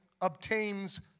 obtains